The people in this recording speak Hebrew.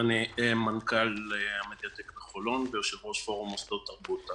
אני מנכ"ל המדיטק בחולון ויושב-ראש פורום מוסדות תרבות.